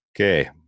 Okay